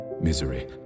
misery